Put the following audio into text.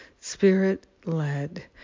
Spirit-led